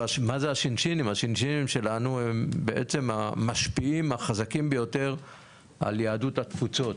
השינשינים שלנו הם בעצם המשפיעים החזקים ביותר על יהדות התפוצות.